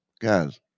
Guys